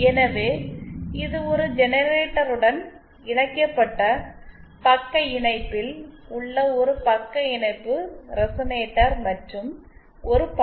எனவே இது ஒரு ஜெனரேட்டருடன் இணைக்கப்பட்ட பக்க இணைப்பில் உள்ள ஒரு பக்க இணைப்பு ரெசனேட்டர் மற்றும் ஒரு பளு